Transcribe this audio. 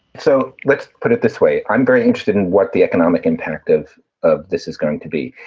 so let's put it this way. i'm very interested in what the economic impact of of this is going to be.